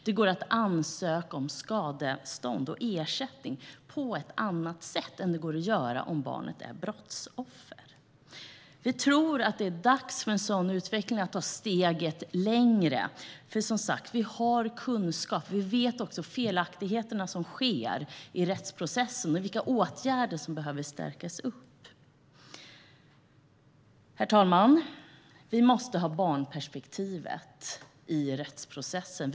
Det går att ansöka om skadestånd och ersättning på ett annat sätt än det går att göra om barnet är brottsoffer. Vi tror att det är dags för en sådan utveckling och att ta steget längre. Vi har som sagt kunskap. Vi känner till de felaktigheter som sker i rättsprocessen och vilka åtgärder som behöver stärkas. Herr talman! Vi måste ha barnperspektivet i rättsprocessen.